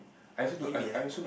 ah email